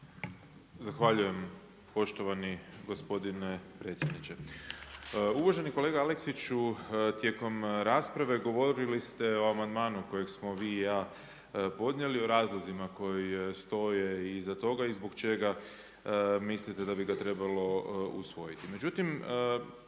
Zahvaljujem poštovani gospodine predsjedniče. Uvaženi kolega Aleksiću. Tijekom rasprave govorili ste o amandmanu kojeg ste vi i ja podnijeli o razlozima koje stoje iza toga i zbog čega mislite da bi ga trebalo usvojiti.